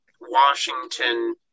Washington